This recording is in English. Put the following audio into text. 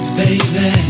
baby